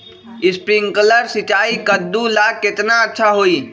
Sprinkler सिंचाई कददु ला केतना अच्छा होई?